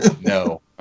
no